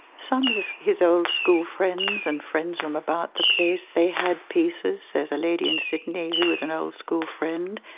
some of his old school friends and friends from about the place they had pieces. there's a lady in sydney who was an old school friend.